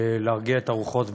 להרגיע את הרוחות בעמונה.